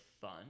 fun